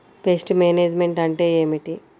Pest management అంటే ఏమిటి?